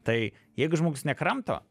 tai jeigu žmogus nekramto